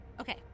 Okay